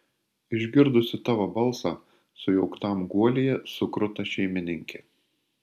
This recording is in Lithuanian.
išgirdusi tavo balsą sujauktam guolyje sukruta šeimininkė